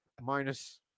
Minus